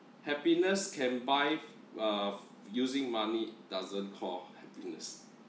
happiness can buy f~ uh f~ using money doesn't call happiness